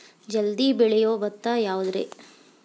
ಜಲ್ದಿ ಬೆಳಿಯೊ ಭತ್ತ ಯಾವುದ್ರೇ?